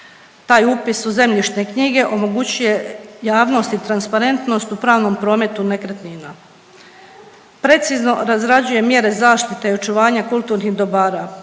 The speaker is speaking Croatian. Taj upis u zemljišne knjige omogućuje javnost i transparentnost u pravnom prometu nekretnina. Precizno razrađuje mjere zaštite i očuvanja kulturnih dobara,